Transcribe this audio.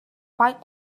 fight